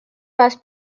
must